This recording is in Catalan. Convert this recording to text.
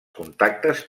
contactes